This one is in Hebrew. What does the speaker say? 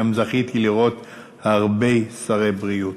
גם זכיתי לראות הרבה שרי בריאות,